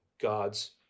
God's